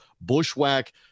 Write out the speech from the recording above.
bushwhack